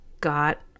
got